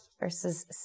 verses